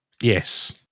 Yes